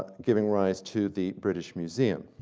giving rise to the british museum.